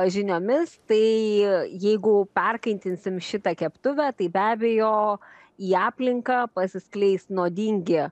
žiniomis tai jeigu perkaitinsim šitą keptuvę tai be abejo į aplinką pasiskleis nuodingi